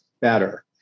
better